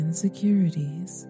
Insecurities